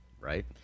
right